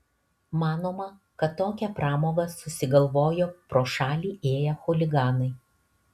manoma kad tokią pramogą susigalvojo pro šalį ėję chuliganai